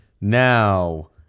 Now